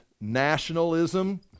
nationalism